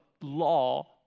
law